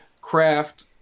craft